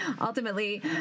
ultimately